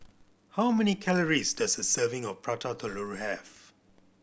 how many calories does a serving of Prata Telur have